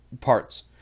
parts